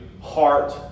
heart